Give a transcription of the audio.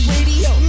Radio